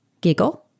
giggle